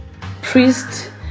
Priest